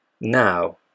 Now